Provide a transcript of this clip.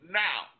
now